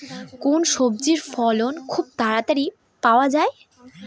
কোন সবজির ফলন খুব তাড়াতাড়ি পাওয়া যায়?